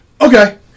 Okay